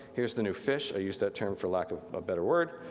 here's the new fish, i use that term for lack of a better word.